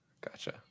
gotcha